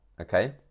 Okay